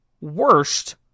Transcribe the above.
worst